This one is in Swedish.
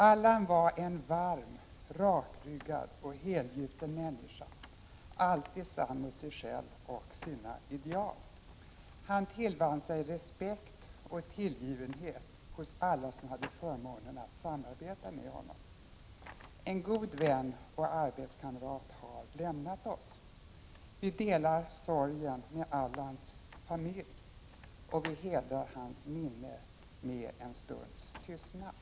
Allan var en varm, rakryggad och helgjuten människa, alltid sann mot sig själv och sina ideal. Han tillvann sig respekt och tillgivenhet hos alla som hade förmånen att samarbeta med honom. En god vän och arbetskamrat har lämnat oss. Vi delar sorgen med Allan Åkerlinds familj, och vi hedrar hans minne med en stunds tystnad.